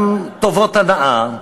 גם טובות הנאה,